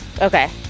Okay